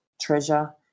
Treasure